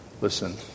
Listen